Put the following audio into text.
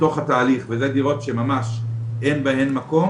בתוך התהליך ואלה דירות שממש אין בהם מקום